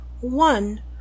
One